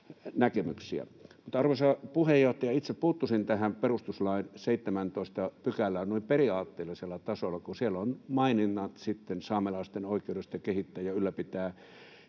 arvoisa puheenjohtaja, itse puuttuisin tähän perustuslain 17 §:ään noin periaatteellisella tasolla, kun siellä on maininnat saamelaisten oikeudesta kehittää ja ylläpitää